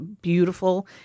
beautiful